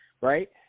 right